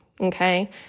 Okay